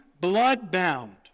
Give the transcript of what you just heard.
blood-bound